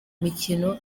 mikino